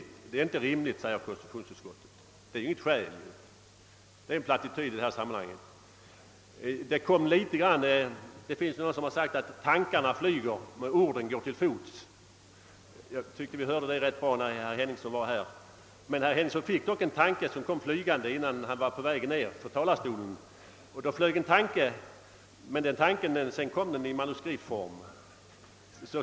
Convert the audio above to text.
Förslaget är inte rimligt, säger konstitutionsutskottet, men det är ju inget skäl — det är en plattityd i detta sammanhang. Någon har sagt att tankarna flyger men orden går till fots. Att det uttrycket är riktigt bevisade herr Henningsson med sitt anförande. Herr Henningsson fick dock en tanke som kom flygande innan han hunnit lämna talarstolen. Sedan framförde han den emellertid i manuskriptform.